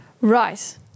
Right